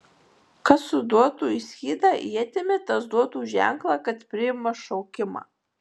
kas suduotų į skydą ietimi tas duotų ženklą kad priima šaukimą